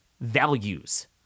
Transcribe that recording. values